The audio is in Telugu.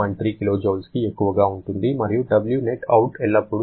3 kJకి ఎక్కువగా ఉంటుంది మరియు Wnetout ఎల్లప్పుడూ 0